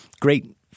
great